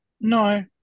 no